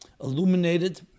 illuminated